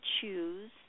choose